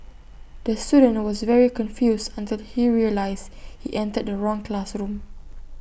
the student was very confused until he realised he entered the wrong classroom